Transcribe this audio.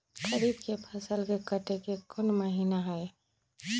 खरीफ के फसल के कटे के कोंन महिना हई?